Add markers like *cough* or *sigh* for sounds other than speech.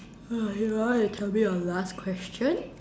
*noise* you want you tell me your last question